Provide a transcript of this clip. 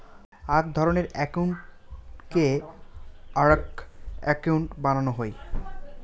আক ধরণের একউন্টকে আরাক একউন্ট বানানো হই